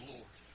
Lord